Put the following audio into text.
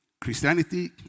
Christianity